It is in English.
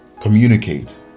communicate